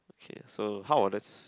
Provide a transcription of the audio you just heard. okay so how about this